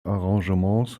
arrangements